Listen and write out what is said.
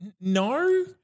No